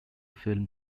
film